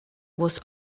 głos